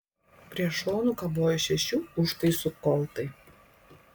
prie šonų kabojo šešių užtaisų koltai